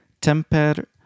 Temper